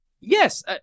Yes